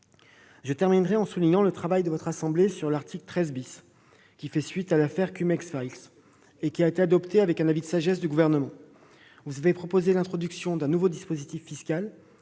Je terminerai en soulignant le travail du Sénat sur l'article 13 , qui fait suite à l'affaire des « CumEx Files », et qui a été adopté avec un avis de sagesse du Gouvernement. Vous avez proposé l'introduction d'un nouveau dispositif fiscal